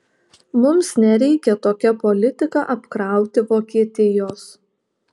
mums nereikia tokia politika apkrauti vokietijos